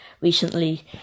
recently